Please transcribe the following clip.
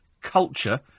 culture